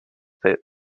that